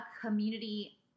community